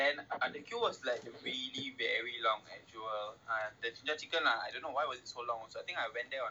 then ah the queue was like really very long at jewel that time jinjja chicken lah I don't know why was it so long also I think I went there on